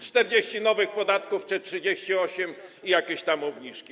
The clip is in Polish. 40 nowych podatków czy 38 i jakieś tam obniżki.